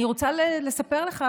אני רוצה לספר לך,